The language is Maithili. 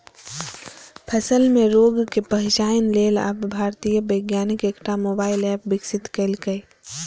फसल मे रोगक पहिचान लेल आब भारतीय वैज्ञानिक एकटा मोबाइल एप विकसित केलकैए